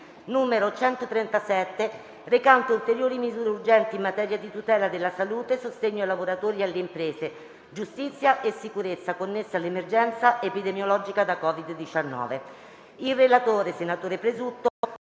n. 137, recante ulteriori misure urgenti in materia di tutela della salute, sostegno ai lavoratori e alle imprese, giustizia e sicurezza, connesse all'emergenza epidemiologica da COVID-19***